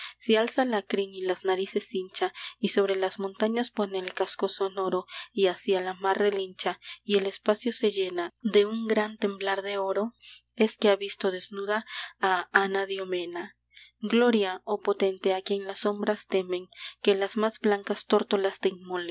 si alza la crin y las narices hincha y sobre las montañas pone el casco sonoro y hacia la mar relincha y el espacio se llena de un gran temblor de oro es que ha visto desnuda a anadiomena gloria oh potente a quien las sombras temen que las más blancas tórtolas